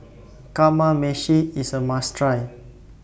Kamameshi IS A must Try